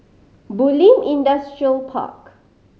Bulim Industrial Park